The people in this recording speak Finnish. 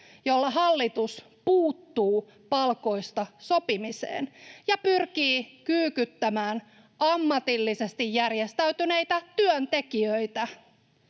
jolla hallitus puuttuu palkoista sopimiseen ja pyrkii kyykyttämään ammatillisesti järjestäytyneitä työntekijöitä.